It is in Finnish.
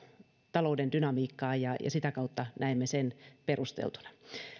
talouden dynamiikkaan ja sitä kautta näimme sen perusteltuna